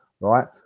right